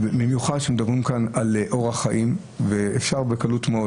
במיוחד כשמדובר על אורח חיים, אפשר בקלות מאוד